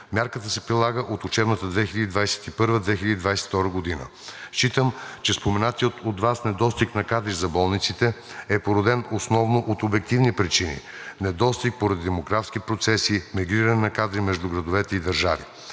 Мярката се прилага от учебната 2021 – 2022 г. Считам, че споменатият от Вас недостиг на кадри за болниците е породен основно от обективни причини – недостиг поради демографски процеси, мигриране на кадри между градове и държави.